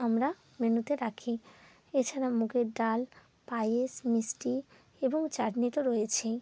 আমরা মেনুতে রাখি এছাড়া মুগের ডাল পায়েস মিষ্টি এবং চাটনি তো রয়েছেই